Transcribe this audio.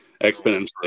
exponentially